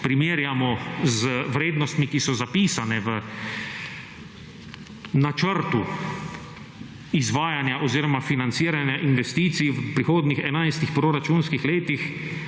z vrednostmi, ki so zapisane v načrtu izvajanja oziroma financiranja investicij v prihodnjih enajstih proračunskih letih,